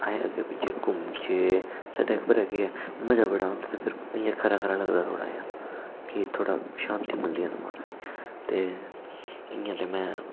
अस अग्गें पिच्छें घूमचै साढ़े केह् ऐ मजा बड़ा आंदा ते फिर इ'यां खरा खरा लगदा थोह्ड़ा जेहा फ्ही थोह्ड़ा शांति मिलदी दिमाकै ते इ'यां ते में